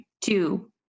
Two